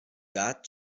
got